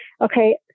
Okay